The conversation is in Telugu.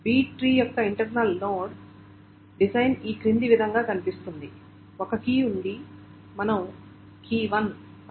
B ట్రీ యొక్క ఇంటర్నల్ నోడ్ డిజైన్ క్రింది విధంగా కనిపిస్తుంది ఒక కీ ఉంది మనం key1 అనుకుందాం